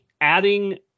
adding